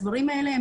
הדברים האלה,